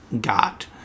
got